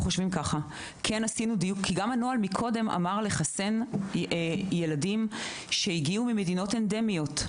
גם הנוהל מקודם אמר לחסן ילדים שהגיעו ממדינות אנדמיות.